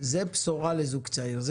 זה בשורה לזוגות צעירים,